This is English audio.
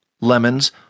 Lemons